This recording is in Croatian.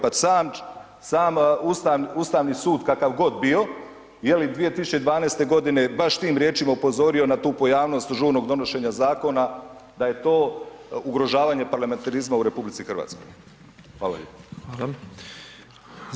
Pa sam Ustavni sud, kakav god bio, je li, 2012. godine baš tim riječima upozorio na tu pojavnost žurnog donošenja zakona, da je to ugrožavanje parlamentarizma u RH.